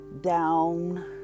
down